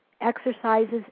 exercises